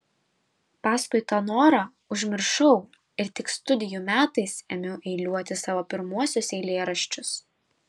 paskui tą norą užmiršau ir tik studijų metais ėmiau eiliuoti savo pirmuosius eilėraščius